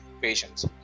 patients